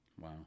Wow